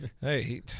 Hey